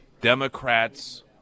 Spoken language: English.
Democrats